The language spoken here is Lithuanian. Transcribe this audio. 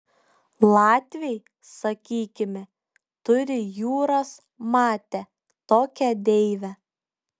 latviai sakykime turi jūras mate tokią deivę